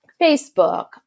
Facebook